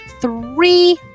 three